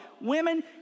Women